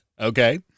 Okay